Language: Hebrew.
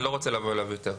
אני לא רוצה לבוא אליו יותר.